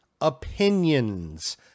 opinions